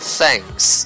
Thanks